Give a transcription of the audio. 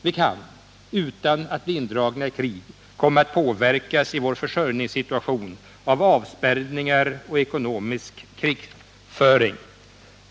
Vi kan, utan att bli indragna i krig, komma att påverkas i vår försörjningssituation av avspärrningar och ekonomisk krigföring.